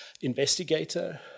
investigator